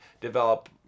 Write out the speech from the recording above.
develop